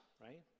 right